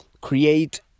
create